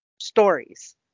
stories